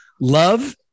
Love